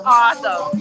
awesome